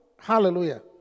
Hallelujah